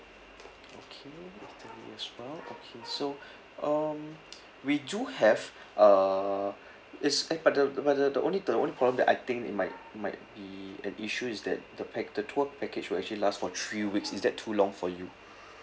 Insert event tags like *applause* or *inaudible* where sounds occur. okay noted it as well okay so *breath* um we do have err it's eh but the but the the only the only problem that I think it might might be an issue is that the pac~ the tour package will actually last for three weeks is that too long for you